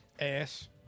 Ass